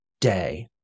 day